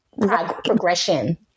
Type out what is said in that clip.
progression